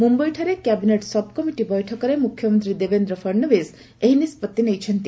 ମୁମ୍ୟାଇଠାରେ cabinet subcommittee ବୈଠକରେ ମୁଖ୍ୟମନ୍ତ୍ରୀ ଦେବେନ୍ଦ୍ର ଫଡ଼ନଭିସ୍ ଏହି ନିଷ୍ପଭି ନେଇଛନ୍ତି